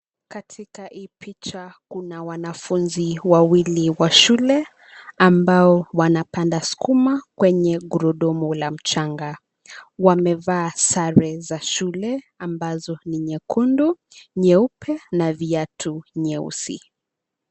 Katika hii picha kuna wanafunzi wawili wa shule ambao wanapanda sukuma kwenye gurudumu la mchanga. Wamevaa sare za shule ambazo ni nyekundu, nyeupe na viatu nyeusi.